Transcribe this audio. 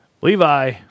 Levi